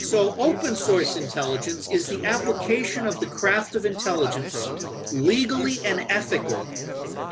so, open source intelligence is the application of the craft of intelligence legally and ethically